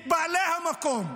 את בעלי המקום.